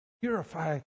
Purify